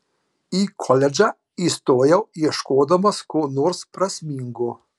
į koledžą įstojau ieškodamas ko nors prasmingo